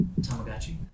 tamagotchi